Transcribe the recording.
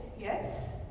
yes